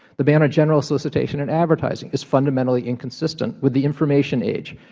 the ban on general solicitation and advertising is fundamentally inconsistent with the information age.